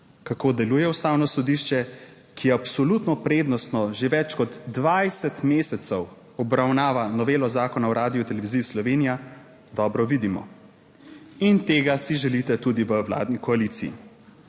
Kako deluje Ustavno sodišče, ki je absolutno prednostno, že več kot 20 mesecev obravnava novelo Zakona o Radioteleviziji Slovenija, dobro vidimo. In tega si želite tudi v vladni koaliciji.